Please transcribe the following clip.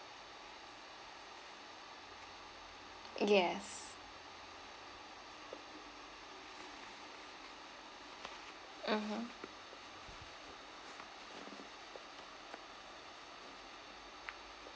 yes mmhmm